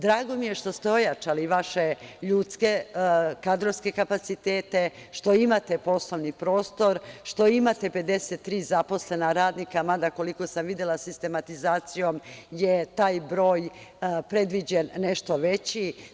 Drago mi je što ste ojačali vaše kadrovske kapacitete, što imate poslovni prostor, što imate 53 zaposlena radnika, mada, koliko sam videla, sistematizacijom je taj broj predviđen nešto veći.